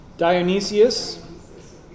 Dionysius